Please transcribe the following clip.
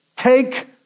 Take